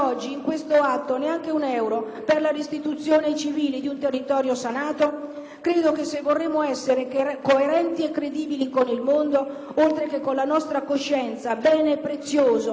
Credo che se vorremo essere coerenti e credibili con il mondo, oltre che con la nostra coscienza - bene prezioso e sempre più raro, ma irrinunciabile - dovremo pretendere un impegno diverso e maggiormente